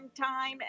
time